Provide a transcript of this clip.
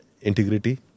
integrity